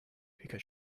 because